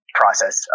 process